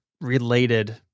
related